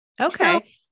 okay